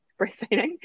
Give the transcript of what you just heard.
breastfeeding